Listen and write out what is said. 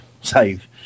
save